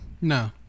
No